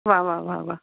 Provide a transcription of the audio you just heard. वा वा वा वा